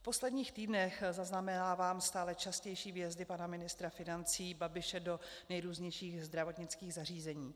V posledních týdnech zaznamenávám stále častější výjezdy pana ministra financí Babiše do nejrůznějších zdravotnických zařízení.